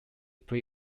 pre